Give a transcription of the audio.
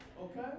Okay